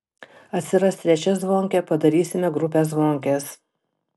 atsiras trečia zvonkė padarysime grupę zvonkės